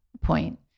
point